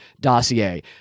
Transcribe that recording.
dossier